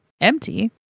empty